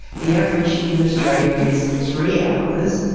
the average in australia is three hours,